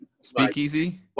Speakeasy